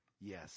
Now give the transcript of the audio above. yes